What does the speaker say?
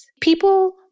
People